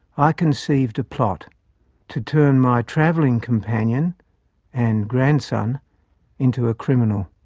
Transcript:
i conceived a plot to turn my travelling companion and grandson into a criminal.